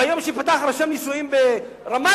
ביום שייפתח רשם נישואין ברמאללה,